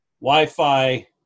Wi-Fi